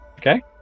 Okay